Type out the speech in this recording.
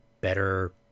better